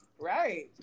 Right